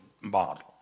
model